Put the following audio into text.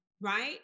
Right